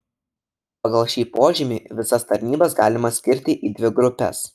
pagal šį požymį visas tarnybas galima skirti į dvi grupes